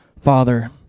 Father